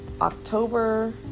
October